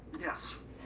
Yes